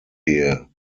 here